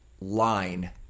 Line